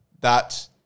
that-